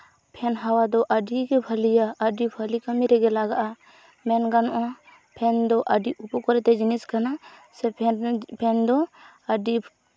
fan ᱦᱟᱣᱟ ᱫᱚ ᱟᱹᱰᱤᱜᱮ ᱵᱷᱟᱹᱞᱤᱭᱟ ᱟᱹᱰᱤ ᱵᱷᱟᱹᱞᱤ ᱠᱟᱹᱢᱤ ᱨᱮᱜᱮ ᱞᱟᱜᱟᱜᱼᱟ ᱢᱮᱱ ᱜᱟᱱᱚᱜᱼᱟ ᱯᱷᱮᱱ ᱫᱚ ᱟᱹᱰᱤ ᱩᱯᱚᱠᱟᱨᱤᱛᱟ ᱡᱤᱱᱤᱥ ᱠᱟᱱᱟ ᱥᱮ ᱯᱷᱮᱱ ᱫᱚ ᱟᱹᱰᱤ